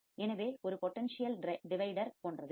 எனவே இது ஒரு பொட்டன்ஷியல் டிவைடர் போன்றது